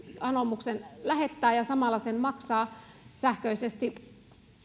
anomuksen lähettää ja samalla sen maksaa sähköisesti